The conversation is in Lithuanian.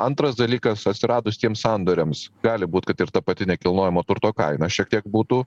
antras dalykas atsiradus tiems sandoriams gali būt kad ir ta pati nekilnojamo turto kaina šiek tiek būtų